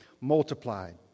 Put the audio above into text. multiplied